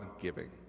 Giving